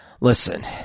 listen